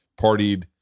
partied